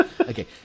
okay